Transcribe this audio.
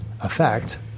effect